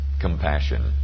compassion